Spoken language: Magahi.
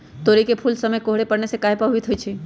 तोरी फुल के समय कोहर पड़ने से काहे पभवित होई छई?